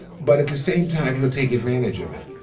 but at the same time, he'll take advantage of it